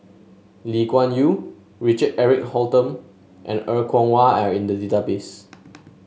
Lee Kuan Yew Richard Eric Holttum and Er Kwong Wah are in the database